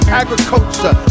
agriculture